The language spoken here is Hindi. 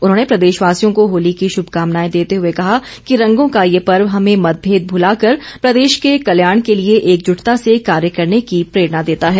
उन्होंने प्रदेशवासियों को होली की शुभकामनाएं देते हुए कहा कि रंगों का ये पर्व हमे मतभेद भुलाकर प्रदेश के कल्याण के लिए एकजुटता से कार्य करने की प्रेरणा देता है